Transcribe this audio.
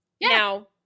Now